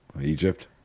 Egypt